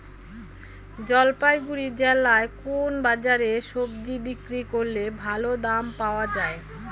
জলপাইগুড়ি জেলায় কোন বাজারে সবজি বিক্রি করলে ভালো দাম পাওয়া যায়?